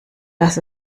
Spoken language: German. das